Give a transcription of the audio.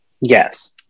Yes